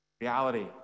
reality